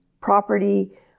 property